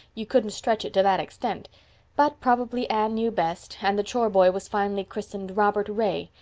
you couldn't stretch it to that extent but probably anne knew best, and the chore boy was finally christened robert ray,